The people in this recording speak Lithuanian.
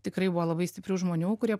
tikrai buvo labai stiprių žmonių kurie